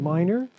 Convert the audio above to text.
Minor